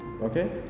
okay